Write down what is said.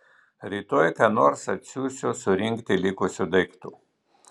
rytoj ką nors atsiųsiu surinkti likusių daiktų